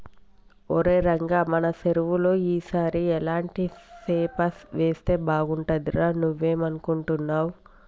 ఒరై రంగ మన సెరువులో ఈ సారి ఎలాంటి సేప వేస్తే బాగుంటుందిరా నువ్వేం అనుకుంటున్నావ్